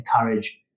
encourage